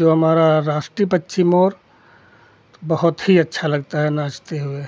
जो हमारा राष्ट्रीय पक्षी मोर बहुत ही अच्छा लगता है नाचते हुए